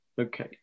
okay